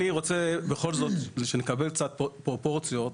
אני רוצה בכל זאת שנקבל קצת פרופורציות